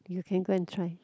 you can go and try